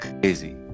crazy